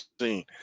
seen